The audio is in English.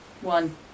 One